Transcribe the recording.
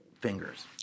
fingers